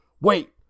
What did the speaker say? wait